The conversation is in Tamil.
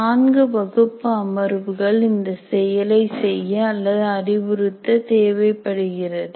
4 வகுப்பு அமர்வுகள் இந்த செயலை செய்ய அல்லது அறிவுறுத்த தேவைப்படுகிறது